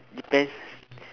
depends